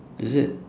is it